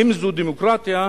זו דמוקרטיה,